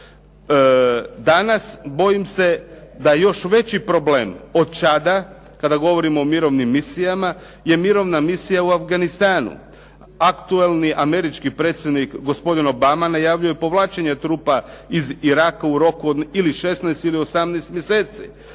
Danas, bojim se, da još veći problem od Čada, kada govorimo o mirovnim misijama, je mirovna misija u Afganistanu. Aktualni američki predsjednik, gospodin Obama, najavljuje povlačenje trupa iz Iraka u roku ili 16 ili 18 mjeseci.